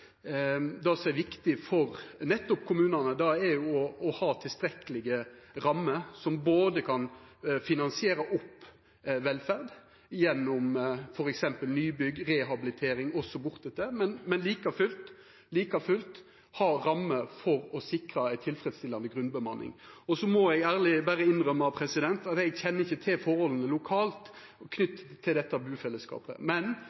det som er viktig for nettopp kommunane, er å ha tilstrekkelege rammer som både kan finansiera opp velferd gjennom f.eks. nybygg, rehabilitering og så bortetter, og like fullt sikra ei tilfredsstillande grunnbemanning. Så må eg ærleg berre innrømma at eg ikkje kjenner til forholda lokalt knytt til dette bufellesskapet, men